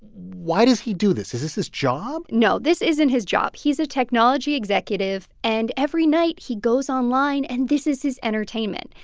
why does he do this? is this his job? no, this isn't his job. he's a technology executive. and every night, he goes online, and this is his entertainment.